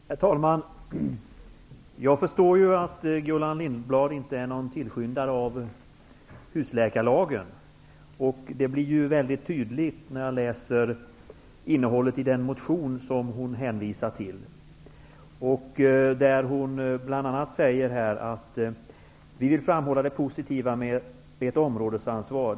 Herr talman! Jag förstår att Gullan Lindblad inte är någon tillskyndare av husläkarlagen. Det blir mycket tydligt när man läser den motion som hon hänvisar till. Hon säger bl.a. att man vill framhålla det positiva med ett områdesansvar.